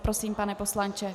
Prosím, pane poslanče.